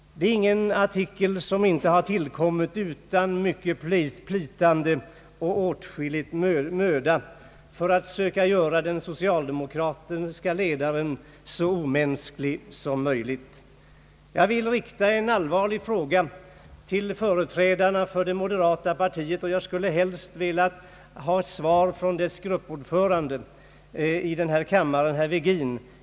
Denna artikel har inte tillkommit utan mycket plitande och åtskillig möda för att söka göra den socialdemokratiske ledaren så omänsklig som möjligt. Jag vill rikta en allvarlig fråga till företrädarna för det moderata partiet, och jag skulle helst vilja ha svar från dess gruppordförande i denna kammare herr Virgin.